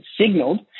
Signaled